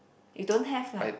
you don't have lah